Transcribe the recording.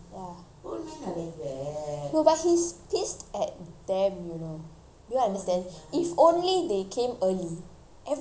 no but he is pissed at them you know do you understand if only they came early everything else would have been fine